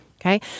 Okay